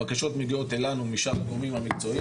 הבקשות מגיעות אלינו משאר הגורמים המקצועיים